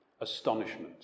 Astonishment